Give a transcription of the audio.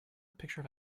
picture